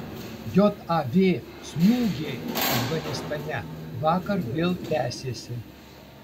jav smūgiai afganistane vakar vėl tęsėsi